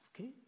okay